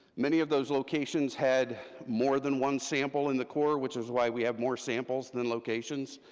many of those locations had more than one sample in the core, which is why we have more samples than locations,